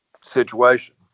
situation